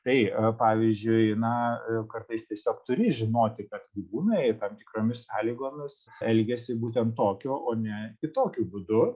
tai pavyzdžiui na kartais tiesiog turi žinoti kad gyvūnai tam tikromis sąlygomis elgiasi būtent tokiu o ne kitokiu būdu